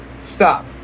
Stop